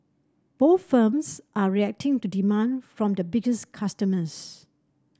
both firms are reacting to demand from their biggest customers